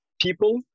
people